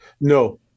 no